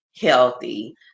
healthy